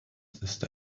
ist